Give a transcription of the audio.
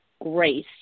grace